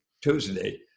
Tuesday